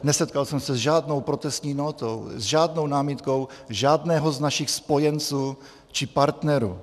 Nesetkal jsem se s žádnou protestní nótou, s žádnou námitkou žádného z našich spojenců či partnerů.